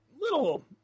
little